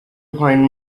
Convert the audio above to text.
find